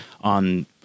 on